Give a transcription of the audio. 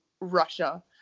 Russia